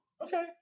Okay